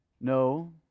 No